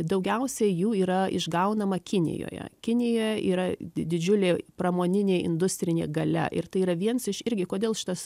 daugiausiai jų yra išgaunama kinijoje kinija yra didžiulė pramoninė industrinė galia ir tai yra viens iš irgi kodėl šitas